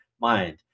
mind